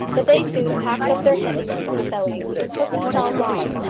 but they soon packed up their hemmings and sewings, and took themselves off,